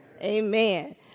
Amen